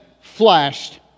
flashed